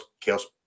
Chaos